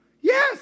Yes